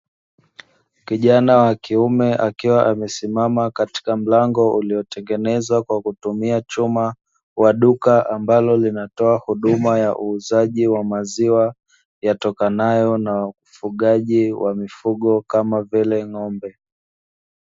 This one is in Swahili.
Kijana wa kiume akiwa amesimama katika mlango uliotengezwa kwa kutumia chuma wa duka, ambalo linalotoa huduma ya uuzaji wa maziwa yatokanayo na ufugaji wa mifugo kama vile ng'ombe.